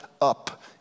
up